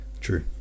True